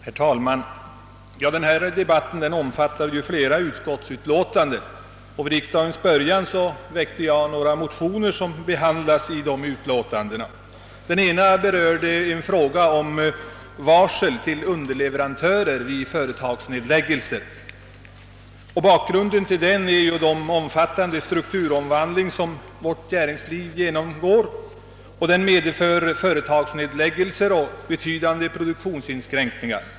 Herr talman! Denna debatt omfattar ju flera utskottsutlåtanden och i dessa behandlas bl.a. några motioner som jag väckte vid riksdagens början. Den ena gäller varsel till underleverantörer vid företagsnedläggelse. Bakgrunden är den omfattande strukturomvandling som vårt näringsliv genomgår och som medför företagsnedläggelser och betydande produktionsinskränkningar.